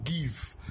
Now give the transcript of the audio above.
give